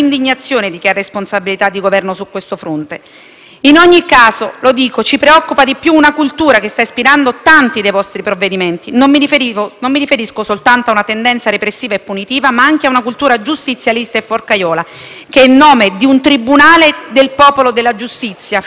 In ogni caso, ci preoccupa di più una cultura che sta ispirando tanti dei vostri provvedimenti. Non mi riferisco soltanto a una tendenza repressiva e punitiva, ma anche a una cultura giustizialista e forcaiola, che in nome di un tribunale del popolo e della giustizia, finisce per piegare diritti individuali, garanzie, libertà,